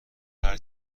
هرچه